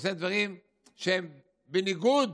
הוא עושה דברים שהם בניגוד